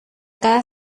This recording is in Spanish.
cada